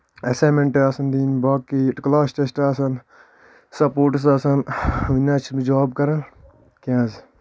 assignment آسان دِنۍ باقے کٔلاس ٹیٚست آسان سپوٹس آسان وُنہِ نَہ حظ چھِ بہٕ جاب کَران کیٚنٛہہ حظ